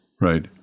Right